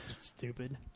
stupid